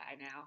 now